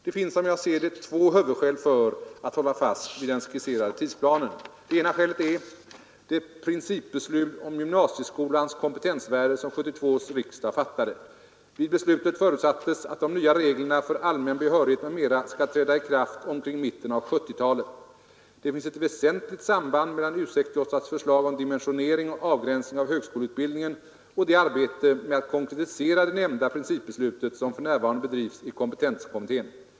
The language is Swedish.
Det finns, som jag ser det, två huvudskäl för att hålla fast vid den skisserade tidsplanen. Det ena skälet är det principbeslut om gymnasieskolans kompetensvärde som 1972 års riksdag fattade. Vid beslutet förutsattes att de nya reglerna för allmän behörighet m.m. skall träda i kraft omkring mitten av 1970-talet. Det finns ett väsentligt samband mellan U 68: förslag om dimensionering och avgränsning av högskoleutbildningen och det arbete med att konkretisera det nämnda principbeslutet, som för närvarande bedrivs av kompetenskommittén.